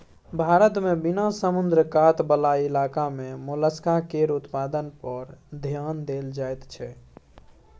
भारत मे बिना समुद्र कात बला इलाका मे मोलस्का केर उत्पादन पर धेआन देल जाइत छै